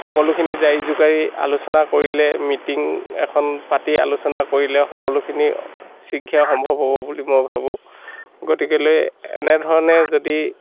সকলোখিনি জাৰি জোকাৰি আলোচনা কৰিলে মিটিং এখন পাতি আলোচনা কৰিলে সকলোখিনি শীঘ্ৰে সম্ভৱ হ'ব বুলি মই ভাবোঁ গতিকে এনেধৰণে যদি